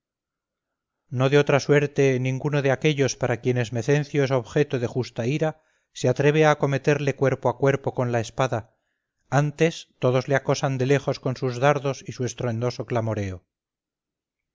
no de otra suerte ninguno de aquellos para quienes mecencio es objeto de justa ira se atreve a acometerle cuerpo a cuerpo con la espada antes todos le acosan de lejos con sus dardos y su estruendoso clamoreo